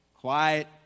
quiet